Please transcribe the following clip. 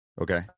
Okay